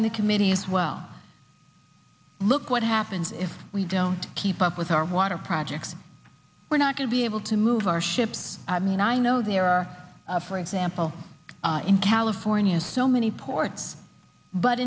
in the committee as well look what happens if we don't keep up with our water projects we're not to be able to move our ships i mean i know there are for example in california so many ports but